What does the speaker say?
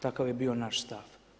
Takav je bio naš stav.